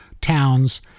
towns